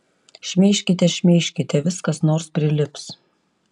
šmeižkite šmeižkite vis kas nors prilips